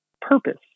purpose